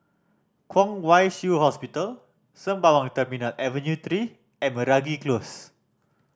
Kwong Wai Shiu Hospital Sembawang Terminal Avenue Three and Meragi Close